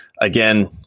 again